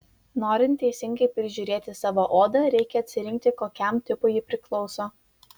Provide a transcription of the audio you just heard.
norint teisingai prižiūrėti savo odą reikia atsirinkti kokiam tipui ji priklauso